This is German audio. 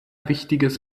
wichtiges